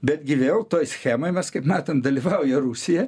bet gi vėl toj schemoj mes kaip matėm dalyvauja rusija